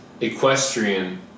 equestrian